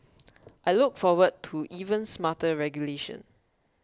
I look forward to even smarter regulation